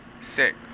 Sick